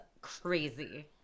crazy